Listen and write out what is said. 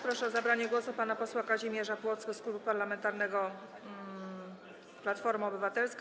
Proszę o zabranie głosu pana posła Kazimierza Plocke z Klubu Parlamentarnego Platforma Obywatelska.